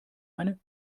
eine